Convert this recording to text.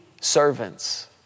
servants